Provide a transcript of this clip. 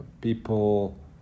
People